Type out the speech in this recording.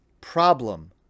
problem